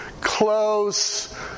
close